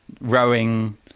rowing